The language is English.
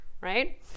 right